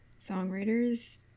songwriters